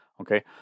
Okay